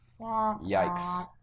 yikes